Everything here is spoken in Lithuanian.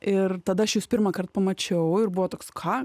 ir tada aš jus pirmąkart pamačiau ir buvo toks ką